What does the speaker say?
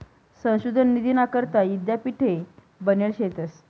संशोधन निधीना करता यीद्यापीठे बनेल शेतंस